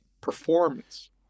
performance